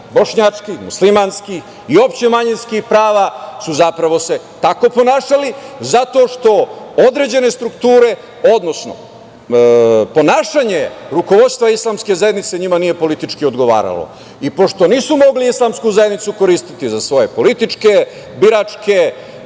bošnjačkih, muslimanskih i opšte manjinskih prava su se zapravo tako ponašali zato što određene strukture, odnosno ponašanje rukovodstva islamske zajednice njima nije politički odgovaralo. Pošto nisu mogli islamsku zajednicu koristiti za svoje političke, biračke